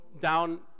down